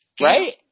Right